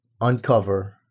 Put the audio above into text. uncover